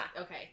Okay